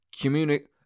Communicate